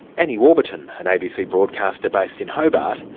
annie warburton, an abc broadcaster based in hobart,